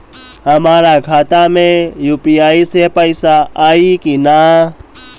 हमारा खाता मे यू.पी.आई से पईसा आई कि ना?